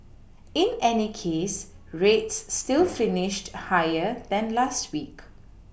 in any case rates still finished higher than last week